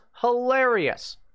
hilarious